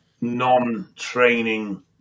non-training